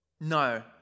No